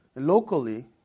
Locally